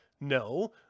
No